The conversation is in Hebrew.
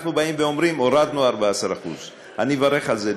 אנחנו באים ואומרים: הורדנו 14%. אני מברך על זה,